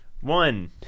One